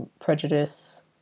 prejudice